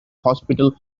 hospital